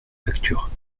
facture